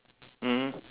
mm